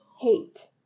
hate